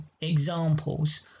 examples